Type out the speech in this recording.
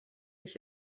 ich